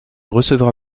recevra